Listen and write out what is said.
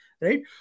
right